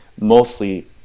mostly